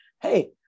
hey